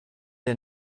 der